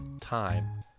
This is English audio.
time